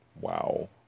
Wow